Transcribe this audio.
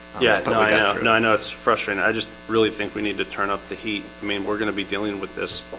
yeah, but i ah and and i know it's frustrating. i just really think we need to turn up the heat i mean, we're gonna be dealing with this.